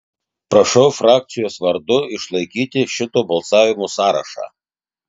prašau frakcijos vardu išlaikyti šito balsavimo sąrašą